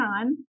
on